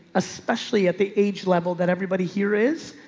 especially at the age level that everybody here is.